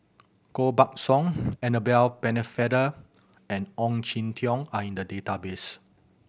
Koh Buck Song Annabel Pennefather and Ong Jin Teong are in the database